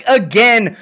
again